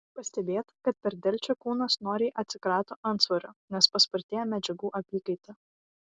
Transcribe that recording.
pastebėta kad per delčią kūnas noriai atsikrato antsvorio nes paspartėja medžiagų apykaita